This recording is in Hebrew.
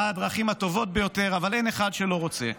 מה הדרכים הטובות ביותר, אבל אין אחד שלא רוצה.